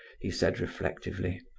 he said, reflectively.